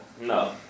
No